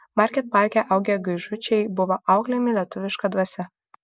market parke augę gaižučiai buvo auklėjami lietuviška dvasia